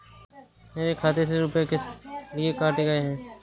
मेरे खाते से रुपय किस लिए काटे गए हैं?